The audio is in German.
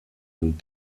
dem